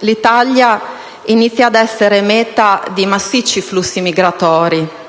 l'Italia inizia ad essere metà di massicci flussi migratori,